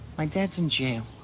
my dad's in jail.